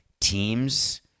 Teams